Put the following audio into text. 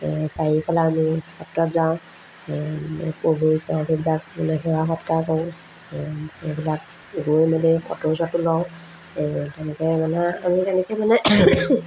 চাৰিওফালে আমি সত্ৰত যাওঁ প্ৰভু ঈশ্বৰ সেইবিলাক মানে সেৱা সৎকাৰ কৰোঁ এইবিলাক গৈ মেলি ফটো চটো লওঁ এই তেনেকৈ মানে আমি তেনেকৈ মানে